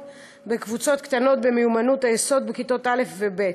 בקבוצות קטנות של מיומנויות היסוד בכיתות א' וב'.